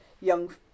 young